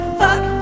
fuck